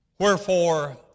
Wherefore